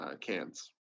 cans